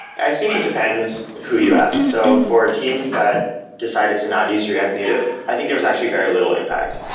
i think it depends who you ask. so for teams that decided to not use react native, i think there was actually very little impact.